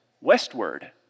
Westward